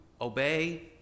obey